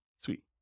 Sweet